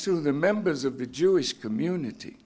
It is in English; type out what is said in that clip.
to the members of the jewish community